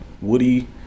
Woody